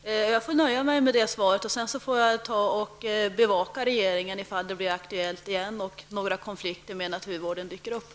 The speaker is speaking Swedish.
Herr talman! Jag får nöja mig med det svaret. Jag får bevaka regeringen för att se om frågan på nytt blir aktuell och några konflikter med naturvården dyker upp.